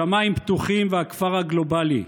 שמיים פתוחים והכפר הגלובלי.